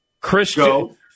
Christian